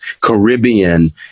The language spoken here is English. caribbean